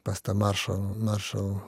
pas tą maršal maršal